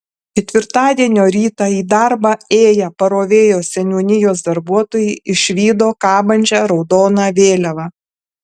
ketvirtadienio rytą į darbą ėję parovėjos seniūnijos darbuotojai išvydo kabančią raudoną vėliavą